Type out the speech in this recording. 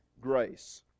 grace